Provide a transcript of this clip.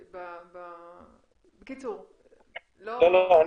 לא השתכנעתי.